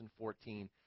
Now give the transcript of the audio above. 2014